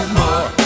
more